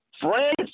Friends